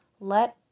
Let